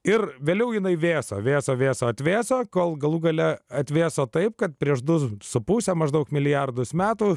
ir vėliau jinai vėso vėso vėso atvėso kol galų gale atvėso taip kad prieš du su puse maždaug milijardus metų